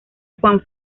juan